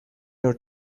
your